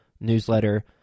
newsletter